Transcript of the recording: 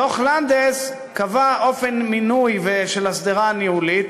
דוח לנדס קבע אופן מינוי של השדרה הניהולית,